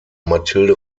mathilde